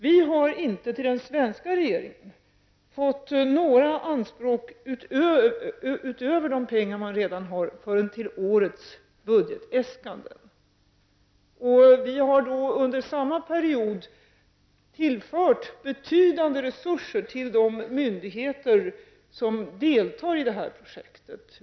Vi har inte till den svenska regeringen fått några anspråk utöver de pengar man redan har fört fram till årets budgetäskande. Under samma period har vi tillfört betydande resurser till de myndigheter som deltar i projektet.